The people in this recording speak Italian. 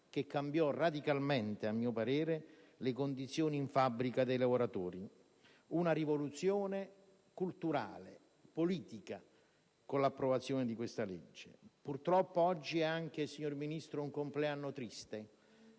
e cambiò radicalmente, a mio parere, le condizioni in fabbrica dei lavoratori; si determinò una rivoluzione culturale e politica con l'approvazione di questa legge. Purtroppo oggi, signor Ministro, è un anniversario triste